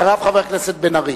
אחריו, חבר הכנסת בן-ארי.